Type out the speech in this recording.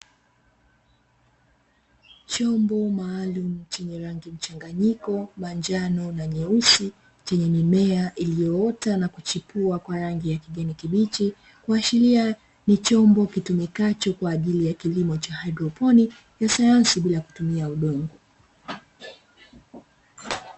Chombo maalumu chenye rangi mchanganyiko manjano na nyeusi, chenye mimea iliyoota na kuchipua kwa rangi ya kijani kibichi, kuashiria ni chombo kitumikacho kwa ajili ya kilimo cha haidroponi ya sayansi bila kutumia udongo.